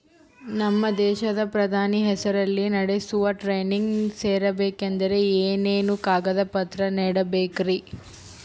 ನಮ್ಮ ದೇಶದ ಪ್ರಧಾನಿ ಹೆಸರಲ್ಲಿ ನಡೆಸೋ ಟ್ರೈನಿಂಗ್ ಸೇರಬೇಕಂದರೆ ಏನೇನು ಕಾಗದ ಪತ್ರ ನೇಡಬೇಕ್ರಿ?